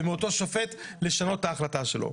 ומאותו שופט לשנות את ההחלטה שלו.